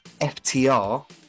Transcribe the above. FTR